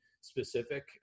specific